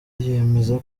yemeza